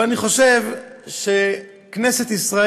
אבל אני חושב שהמקום של כנסת ישראל